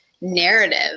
narrative